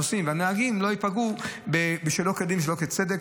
הנוסעים והנהגים לא ייפגעו שלא בצדק,